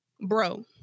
bro